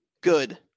Good